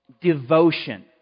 devotion